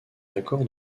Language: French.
accord